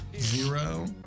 zero